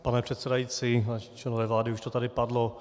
Pane předsedající, vážení členové vlády, už to tady padlo.